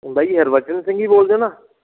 ਬਾਈ ਹਰਬਚਨ ਸਿੰਘ ਜੀ ਬੋਲਦੇ ਹੋ ਨਾ